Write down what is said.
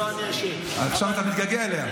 עכשיו אתה מתגעגע אליה.